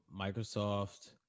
Microsoft